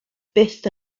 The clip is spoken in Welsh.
byth